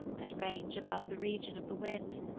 that range above the region of the wind,